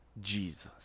Jesus